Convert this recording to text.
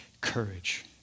courage